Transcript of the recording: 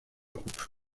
groupe